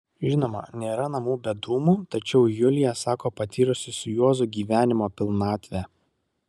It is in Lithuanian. žinoma nėra namų be dūmų tačiau julija sako patyrusi su juozu gyvenimo pilnatvę